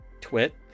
Twit